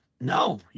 No